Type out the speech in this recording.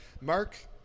Mark